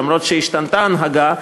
אף שהשתנתה ההנהגה,